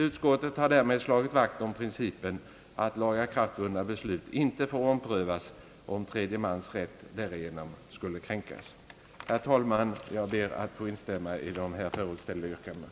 Utskottet har sålunda slagit vakt om principen att lagakraftvunna beslut inte får omprövas, om tredje mans rätt därigenom skulle kränkas. Herr talman! Jag ber att få instämma i de förut framställda yrkandena.